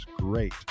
great